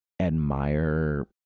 admire